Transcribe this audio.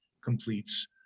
completes